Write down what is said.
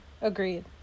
Agreed